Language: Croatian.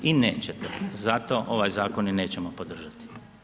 I nećete, zato ovaj Zakon ni nećemo podržati.